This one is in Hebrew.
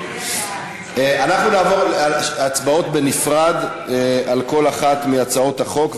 אנחנו נעבור להצבעות בנפרד על כל אחת מהצעות החוק.